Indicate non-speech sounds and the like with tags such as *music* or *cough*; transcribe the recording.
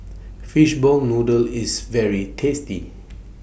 Fishball Noodle IS very tasty *noise*